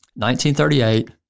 1938